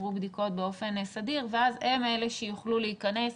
יעברו בדיקות באופן סדיר ואז הם אלה שיוכלו להיכנס,